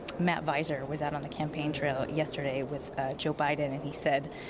matt pfizer was out on the campaign trail yesterday with joe biden. and he said,